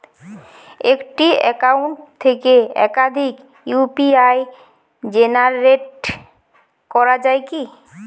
একটি অ্যাকাউন্ট থেকে একাধিক ইউ.পি.আই জেনারেট করা যায় কি?